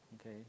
Okay